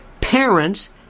parents